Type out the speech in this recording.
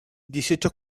dieciocho